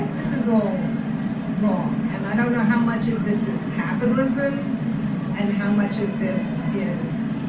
this is all wrong. and i don't know how much of this is capitalism and how much of this is